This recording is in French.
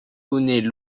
poneys